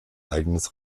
eigenes